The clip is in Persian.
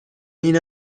این